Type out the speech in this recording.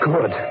Good